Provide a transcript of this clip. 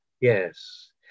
Yes